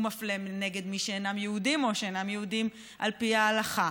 הוא מפלה נגד מי שאינם יהודים או שאינם יהודים על פי ההלכה,